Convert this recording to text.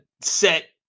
set